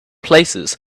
places